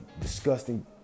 disgusting